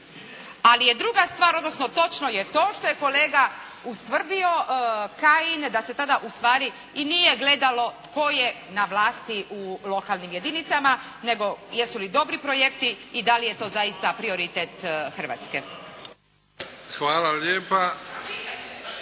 Ali je druga stvar, točno je to što je kolega ustvrdio Kajin da se tada ustvari i nije gledalo tko je na vlasti u lokalnim jedinicama nego jesu li dobri projekti i da li je to zaista prioritet Hrvatske. **Bebić,